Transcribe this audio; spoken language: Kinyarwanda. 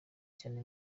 cyane